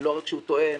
לא רק שהוא תואם